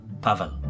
Pavel